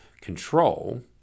control